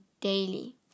daily